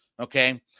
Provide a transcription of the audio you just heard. Okay